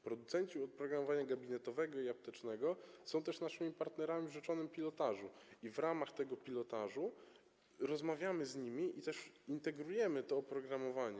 Producenci oprogramowania gabinetowego i aptecznego są też naszymi partnerami w rzeczonym pilotażu i w ramach tego pilotażu rozmawiamy z nimi i też integrujemy to oprogramowanie.